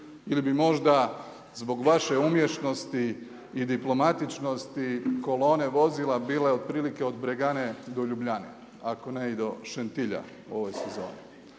Ili bi možda zbog vaše umješnosti i diplomatičnosti, kolone vozila bile otprilike od Bregane do Ljubljane, ako ne i do Šentilja u ovoj sezoni?